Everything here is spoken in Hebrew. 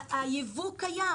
הייבוא קיים.